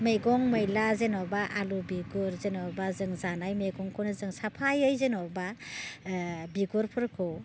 मैगं मैला जेनेबा आलु बिगुर जेनेबा जों जानाय मैगंखौनो जों साफायै जेनेबा बिगुरफोरखौ